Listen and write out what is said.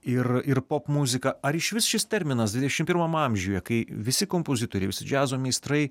ir ir popmuziką ar išvis šis terminas dvidešim pirmam amžiuje kai visi kompozitoriai visi džiazo meistrai